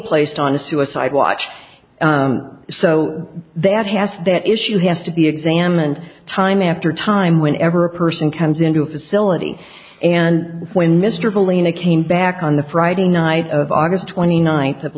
placed on a suicide watch so that has that issue has to be examined time after time whenever a person comes into a facility and when mr felina came back on the friday night of august twenty ninth of